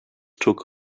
took